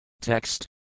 Text